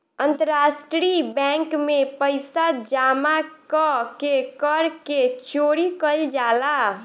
अंतरराष्ट्रीय बैंक में पइसा जामा क के कर के चोरी कईल जाला